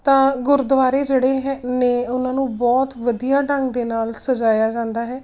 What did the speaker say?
ਤਾਂ ਗੁਰਦੁਆਰੇ ਜਿਹੜੇ ਹੈ ਨੇ ਉਹਨਾਂ ਨੂੰ ਬਹੁਤ ਵਧੀਆ ਢੰਗ ਦੇ ਨਾਲ ਸਜਾਇਆ ਜਾਂਦਾ ਹੈ